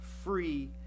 free